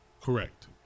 Correct